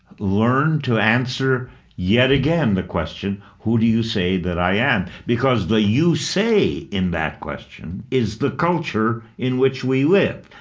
learn to answer yet again the question who do you say that i am? because the you say in that question is the culture in which we live.